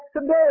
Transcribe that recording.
today